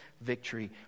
victory